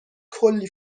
کلی